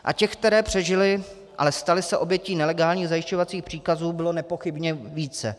A těch, které přežily, ale staly se obětí nelegálních zajišťovacích příkazů, bylo nepochybně více.